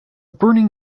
burning